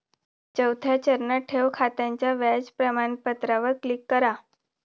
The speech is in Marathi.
चौथ्या चरणात, ठेव खात्याच्या व्याज प्रमाणपत्रावर क्लिक करा